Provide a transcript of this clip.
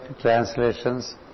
translations